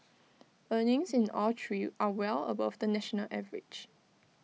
earnings in all three are well above the national average